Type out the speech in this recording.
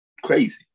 crazy